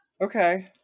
Okay